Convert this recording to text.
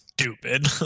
stupid